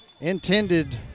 intended